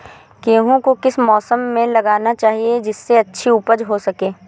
गेहूँ को किस मौसम में लगाना चाहिए जिससे अच्छी उपज हो सके?